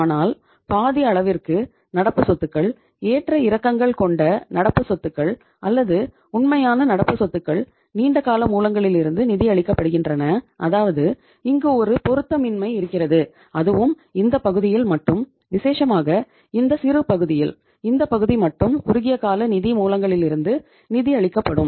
ஆனால் பாதி அளவிற்கு நடப்பு சொத்துக்கள் ஏற்ற இறக்கங்கள் கொண்ட நடப்பு சொத்துக்கள் அல்லது உண்மையான நடப்பு சொத்துக்கள் நீண்டகால மூலங்களிலிருந்து நிதி அளிக்கப்படுகின்றன அதாவது இங்கு ஒரு பொருத்தமின்மை இருக்கிறது அதுவும் இந்த பகுதியில் மட்டும் விசேஷமாக இந்த சிறு பகுதியில் இந்தப் பகுதி மட்டும் குறுகியகால நிதி மூலங்களிலிருந்து நிதி அளிக்கப்படும்